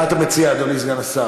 טוב, מה אתה מציע, אדוני סגן השר?